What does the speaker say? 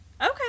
Okay